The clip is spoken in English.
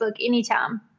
anytime